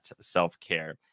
self-care